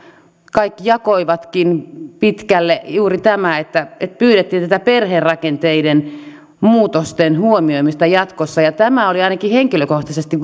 kaikki jakoivatkin pitkälle juuri tämä että että pyydettiin tätä perherakenteiden muutosten huomioimista jatkossa tämä oli ainakin minulle henkilökohtaisesti